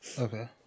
okay